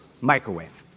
Microwave